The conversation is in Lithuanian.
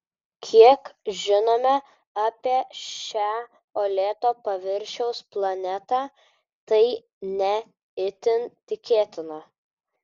kiek žinome apie šią uolėto paviršiaus planetą tai ne itin tikėtina